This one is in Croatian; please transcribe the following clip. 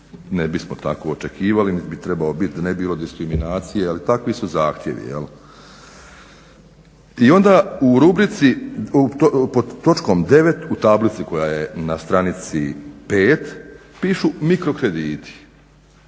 ne bismo tako očekivali nit bi trebao bit da ne bilo diskriminacije ali takvi su zahtjevi jel. I onda u rubrici pod točkom 9. U tablici koja je na stranici pet pišu mikro krediti.